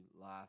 life